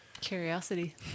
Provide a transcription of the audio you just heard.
curiosity